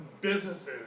businesses